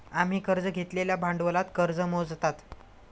आम्ही कर्ज घेतलेल्या भांडवलात कर्ज मोजतो